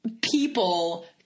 people